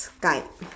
skype